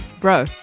Bro